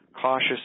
cautious